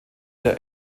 der